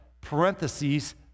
parentheses